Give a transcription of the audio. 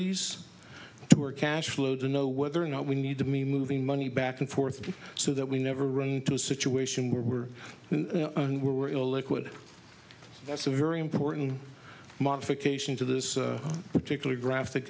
ies to our cash flow to know whether or not we need to me moving money back and forth so that we never run into a situation where were we were illiquid that's a very important modification to this particular graphic